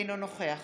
אינו נוכח